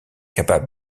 capable